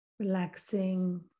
Relaxing